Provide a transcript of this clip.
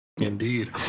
Indeed